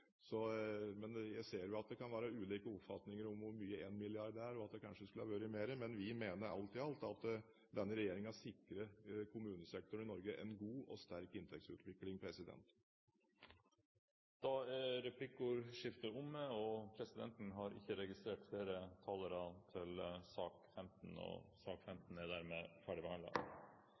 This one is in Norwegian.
men jeg ser jo at det kan være ulike oppfatninger om hvor mye 1 mrd. kr er, og at det kanskje skulle vært mer, men vi mener alt i alt at denne regjeringen sikrer kommunesektoren i Norge en god og sterk inntektsutvikling. Replikkordskiftet er omme. Flere har ikke bedt om ordet til sak nr. 15. Etter ønske fra finanskomiteen vil presidenten foreslå at taletiden begrenses til 40 minutter og